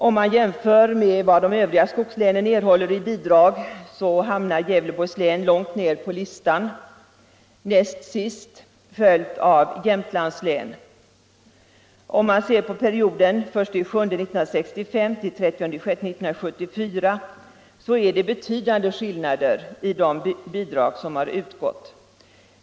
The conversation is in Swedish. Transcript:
Om man jämför med vad de övriga skogslänen erhåller i bidrag hamnar Gävleborgs län långt ned på listan: näst sist, följt av Jämtlands län. Om man ser på perioden 1 juli 1965 — 30 juni 1974 finner man betydande skillnader i de bidrag som har utgått.